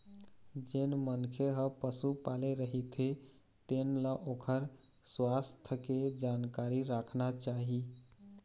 जेन मनखे ह पशु पाले रहिथे तेन ल ओखर सुवास्थ के जानकारी राखना चाही